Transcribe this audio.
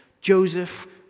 Joseph